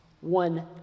one